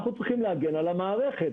אנחנו צריכים להגן על המערכת.